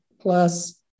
plus